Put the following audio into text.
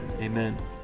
Amen